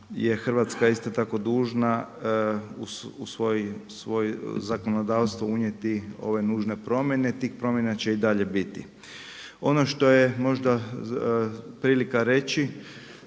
Hrvatska isto tako dužna u svoj zakonodavstvo unijeti ove nužne promjene, tih promjena će i dalje biti. Ono što je možda prilika reći,